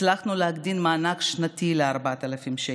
הצלחנו להגדיל את המענק השנתי ל-4,000 שקל,